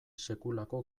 sekulako